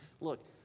look